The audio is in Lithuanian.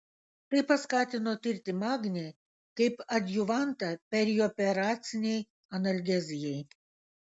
tai paskatino tirti magnį kaip adjuvantą perioperacinei analgezijai